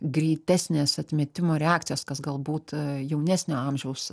greitesnės atmetimo reakcijos kas galbūt jaunesnio amžiaus